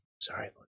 sorry